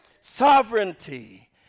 Sovereignty